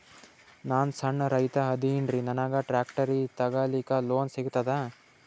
ನಾನ್ ಸಣ್ ರೈತ ಅದೇನೀರಿ ನನಗ ಟ್ಟ್ರ್ಯಾಕ್ಟರಿ ತಗಲಿಕ ಲೋನ್ ಸಿಗತದ?